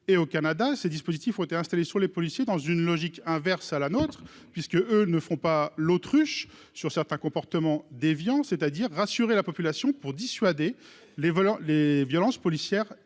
et au Canada, ces dispositifs ont été installés sur les policiers dans une logique inverse à la nôtre puisque eux ne font pas l'autruche sur certains comportements déviant, c'est-à-dire rassurer la population, pour dissuader les voleurs, les violences